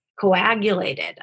coagulated